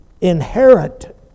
inherent